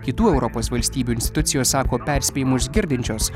kitų europos valstybių institucijos sako perspėjimus girdinčios